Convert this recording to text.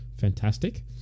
Fantastic